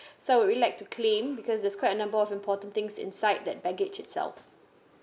so I'd like to claim because it's quite a number of important things inside that baggage itself